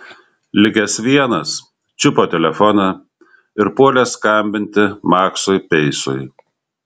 likęs vienas čiupo telefoną ir puolė skambinti maksui peisui